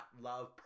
love